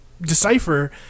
Decipher